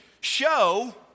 show